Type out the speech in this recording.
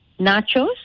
nachos